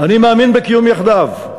אני מאמין בקיום יחדיו,